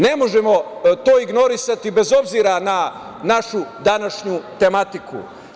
Ne možemo to ignorisati bez obzira na našu današnju tematiku.